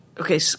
okay